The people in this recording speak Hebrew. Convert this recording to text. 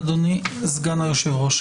אדוני, סגן היושב-ראש.